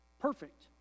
perfect